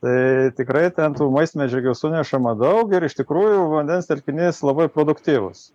tai tikrai ten tų maistmedžiagių sunešama daug ir iš tikrųjų vandens telkinys labai produktyvus